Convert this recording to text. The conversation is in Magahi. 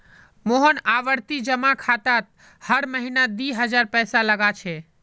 मोहन आवर्ती जमा खातात हर महीना दी हजार पैसा लगा छे